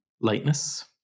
lightness